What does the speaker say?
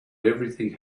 everything